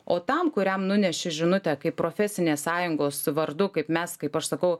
o tam kuriam nuneši žinutę kaip profesinės sąjungos vardu kaip mes kaip aš sakau